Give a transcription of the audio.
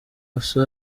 maso